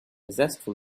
zestful